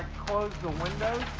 close the windows.